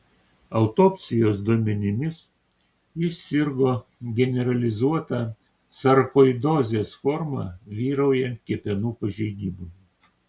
autopsijos duomenimis jis sirgo generalizuota sarkoidozės forma vyraujant kepenų pažeidimui